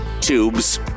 tubes